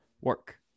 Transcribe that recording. work